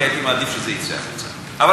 אני הייתי מעדיף שזה יצא החוצה,